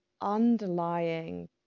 underlying